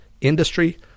industry